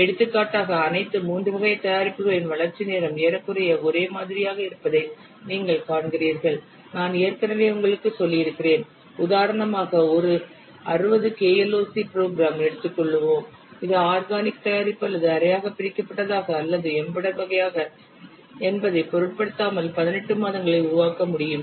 எடுத்துக்காட்டாக அனைத்து 3 வகை தயாரிப்புகளின் வளர்ச்சி நேரம் ஏறக்குறைய ஒரே மாதிரியாக இருப்பதை நீங்கள் காண்கிறீர்கள் நான் ஏற்கனவே உங்களுக்குச் சொல்லியிருக்கிறேன் உதாரணமாக ஒரு 60 KLOC புரோகிரம் எடுத்துக்கொள்ளுவோம் இது ஆர்கனிக் தயாரிப்பு அல்லது அரையாக பிரிக்கப்பட்டதாக அல்லது எம்பெடெட் வகையா என்பதைப் பொருட்படுத்தாமல் சுமார் 18 மாதங்களில் உருவாக்க முடியும்